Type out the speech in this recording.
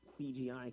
CGI